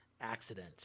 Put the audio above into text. accident